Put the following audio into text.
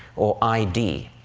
or id.